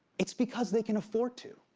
it's because they can afford to.